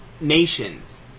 nations